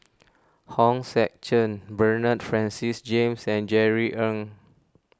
Hong Sek Chern Bernard Francis James and Jerry Ng